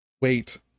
wait